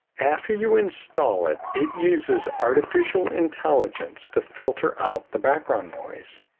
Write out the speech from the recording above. after you install it, it uses artificial intelligence to filter out the background noise.